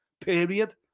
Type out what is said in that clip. period